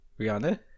Rihanna